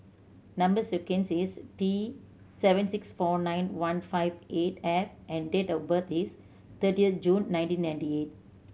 number sequence is T seven six four nine one five eight F and date of birth is thirtieth June nineteen ninety eight